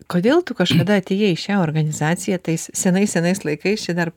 kodėl tu kažkada atėjai į šią organizaciją tais senais senais laikais čia dar